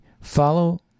Follow